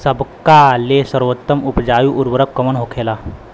सबका ले सर्वोत्तम उपजाऊ उर्वरक कवन होखेला?